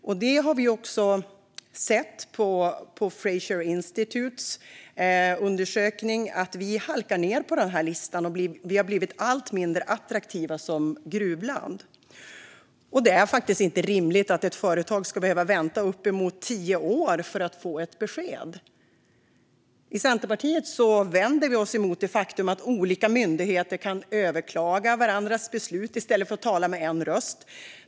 Vi har också sett i Fraser Institutes undersökning att vi halkar nedåt på listan och har blivit allt mindre attraktiva som gruvland. Det är inte rimligt att ett företag ska behöva vänta uppemot tio år på att få ett besked. I Centerpartiet vänder vi oss emot det faktum att olika myndigheter kan överklaga varandras beslut i stället för att tala med en röst.